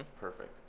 perfect